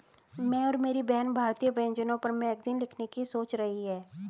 मैं और मेरी बहन भारतीय व्यंजनों पर मैगजीन लिखने की सोच रही है